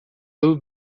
dut